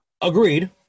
Agreed